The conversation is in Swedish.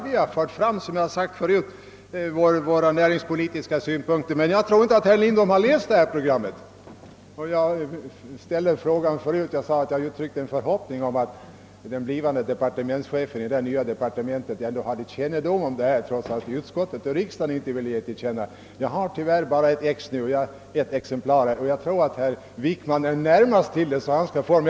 Vi har — som jag har sagt tidigare — lagt fram våra näringspolitiska synpunkter, men jag tror inte att herr Lindholm har läst detta program. Jag har redan uttryckt förhoppningen att den blivande chefen för det nya departementet ändå har kännedom om det, trots att utskottet och riksdagen inte ville ge dess innehåll Kungl. Maj:t till känna. Jag har i dag tyvärr bara ett exemplar, och jag tror att herr Wickman är närmast till, så ban skall få det.